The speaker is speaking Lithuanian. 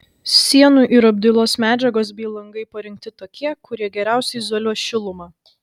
sienų ir apdailos medžiagos bei langai parinkti tokie kurie geriausiai izoliuos šilumą